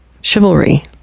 chivalry